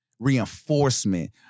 reinforcement